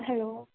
hello